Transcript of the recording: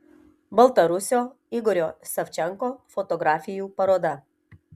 baltarusio igorio savčenko fotografijų paroda